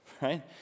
right